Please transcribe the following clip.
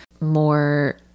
more